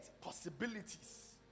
possibilities